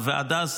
עד אז,